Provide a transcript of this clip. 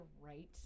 right